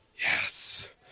yes